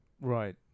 Right